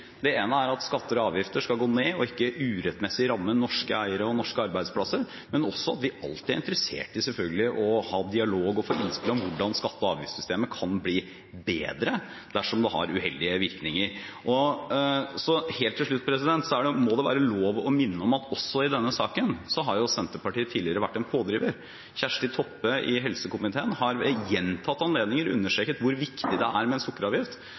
at skatter og avgifter skal gå ned og ikke urettmessig ramme norske eiere og norske arbeidsplasser, og at vi alltid er interessert i, selvfølgelig, å ha dialog og få innspill om hvordan skatte- og avgiftssystemet kan bli bedre dersom det har uheldige virkninger. Helt til slutt må det være lov å minne om at også i denne saken har Senterpartiet tidligere vært en pådriver. Kjersti Toppe i helse- og omsorgskomiteen har ved gjentatte anledninger understreket hvor viktig en sukkeravgift er. Når har den altså kommet. Senterpartiet har fått det som de ville. Da er…